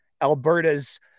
Alberta's